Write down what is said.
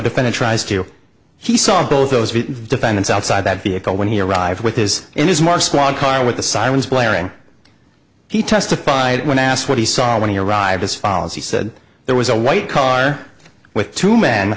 defendant tries to he saw both those defendants outside that vehicle when he arrived with his in his more squad car with the sirens blaring he testified when asked what he saw when he arrived as follows he said there was a white car with two m